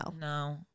No